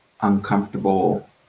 uncomfortable